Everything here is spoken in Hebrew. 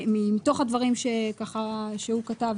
מתוך הדברים שהוא כתב,